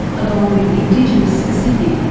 along with indigenous specific,